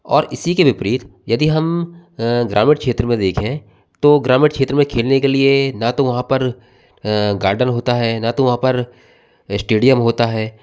और इसी के विपरीत यदि हम अ ग्रामीण क्षेत्र में देखें तो ग्रामीण क्षेत्र में खेलने के लिए ना तो वहाँ पर अ गार्डन होता है ना तो वहाँ पर स्टेडियम होता है